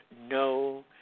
no